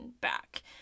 back